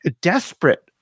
desperate